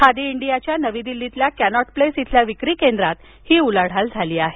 खादी इंडियाच्या नवी दिल्लीतील कॉनॉट प्लेस इथल्या विक्री केंद्रात ही उलाढाल झाली आहे